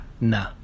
nah